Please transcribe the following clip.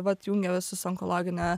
vat jungia visus onkologine